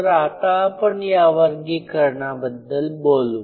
तर आता आपण या वर्गीकरणाबद्दल बोलू